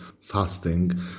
fasting